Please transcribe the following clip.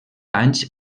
anys